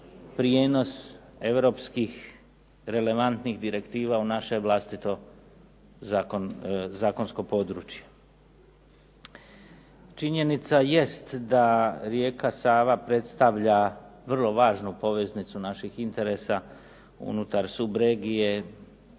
prijenos europskih relevantnih direktiva u naše vlastito zakonsko područje. Činjenica jest da rijeka Sava predstavlja vrlo važnu poveznicu naših interesa unutar subregije